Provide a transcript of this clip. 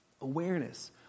awareness